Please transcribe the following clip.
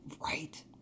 right